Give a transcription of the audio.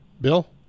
Bill